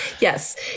Yes